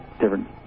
different